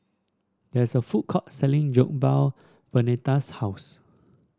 there is a food court selling Jokbal Vernetta's house